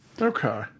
Okay